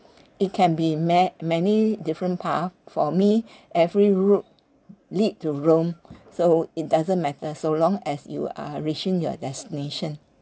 it can be met many different path for me every route lead to rome so it doesn't matter so long as you are reaching your destination